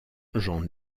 j’en